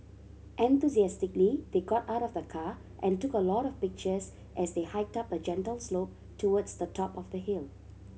enthusiastically they got out of the car and took a lot of pictures as they hiked up a gentle slope towards the top of the hill